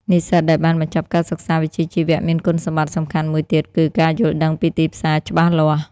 និស្សិតដែលបានបញ្ចប់ការសិក្សាវិជ្ជាជីវៈមានគុណសម្បត្តិសំខាន់មួយទៀតគឺ ការយល់ដឹងពីទីផ្សារច្បាស់លាស់។